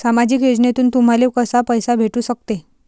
सामाजिक योजनेतून तुम्हाले कसा पैसा भेटू सकते?